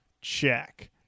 check